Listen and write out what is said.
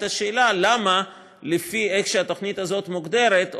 השאלה למה לפי איך שהתוכנית הזאת מוגדרת,